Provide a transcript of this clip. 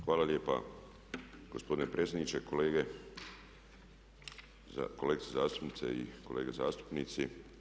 Hvala lijepa gospodine predsjedniče, kolegice zastupnice i kolege zastupnici.